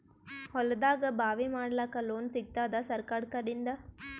ಹೊಲದಾಗಬಾವಿ ಮಾಡಲಾಕ ಲೋನ್ ಸಿಗತ್ತಾದ ಸರ್ಕಾರಕಡಿಂದ?